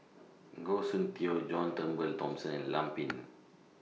Goh Soon Tioe John Turnbull Thomson and Lam Pin Min